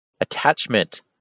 attachment